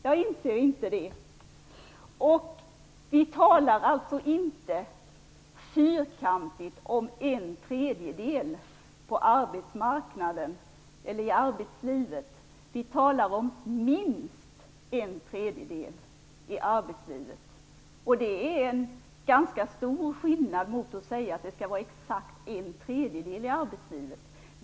Jag tycker inte det. Vi talar inte fyrkantigt om att en tredjedel av utbildningen skall ske i arbetslivet. Vi talar om att minst en tredjedel av utbildningen skall ske där. Det är en ganska stor skillnad mot att säga att det skall vara exakt en tredjedel i arbetslivet.